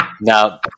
now